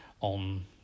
on